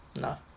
No